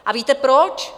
A víte proč?